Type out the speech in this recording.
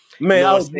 man